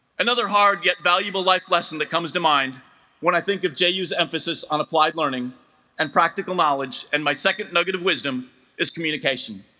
another hard yet valuable life lesson that comes to mind when i think of jus emphasis on applied learning and practical knowledge and my second nugget of wisdom is communication